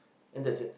and that's it